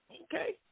Okay